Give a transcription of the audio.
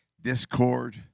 Discord